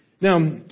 Now